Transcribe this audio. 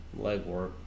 legwork